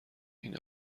این